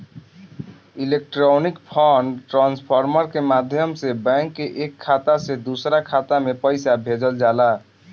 electronic fund transfer के माध्यम से बैंक के एक खाता से दूसरा खाता में पईसा भेजल जाला